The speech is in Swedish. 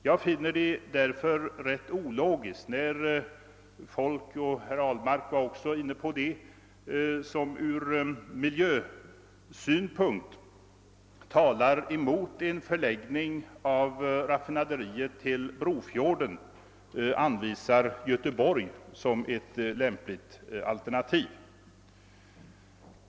Jag finner det därför rätt ologiskt att personer — herr Ahlmark gjorde så — som med tanke på miljöskyddet talar emot en förläggning av raffinaderiet till Brofjorden, anvisar Göteborg såsom ett lämpligt alternativ.